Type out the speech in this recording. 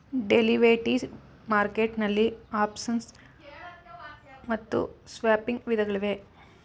derivative market ನಲ್ಲಿ option ಮತ್ತು swapping ವಿಧಗಳಿವೆ